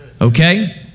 okay